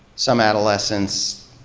some adolescents,